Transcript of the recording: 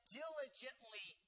diligently